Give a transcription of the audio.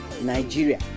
Nigeria